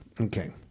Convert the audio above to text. Okay